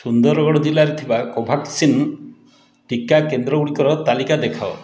ସୁନ୍ଦରଗଡ଼ ଜିଲ୍ଲାରେ ଥିବା କୋଭ୍ୟାକ୍ସିନ୍ ଟିକା କେନ୍ଦ୍ରଗୁଡ଼ିକର ତାଲିକା ଦେଖାଅ